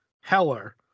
Heller